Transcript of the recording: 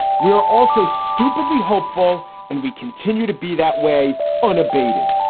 we are also stupidly hopeful and we continue to be that way unabated.